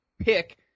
pick